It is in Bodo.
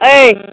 ओइ